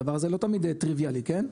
הדבר הזה לא תמיד טריוויאלי כן,